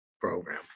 program